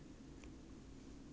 多久了 !huh!